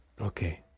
Okay